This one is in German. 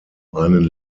einen